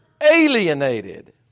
alienated